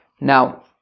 Now